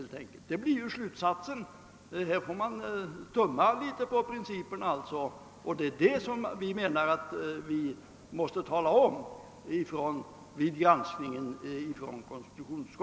Slutsatsen blir alltså att man har tummat litet på principerna, och det är det vi menar att vi måste påtala vid konstitutionsutskottets granskning.